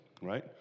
right